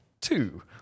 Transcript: two